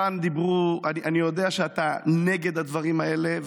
אני יודע שאתה נגד הדברים האלה,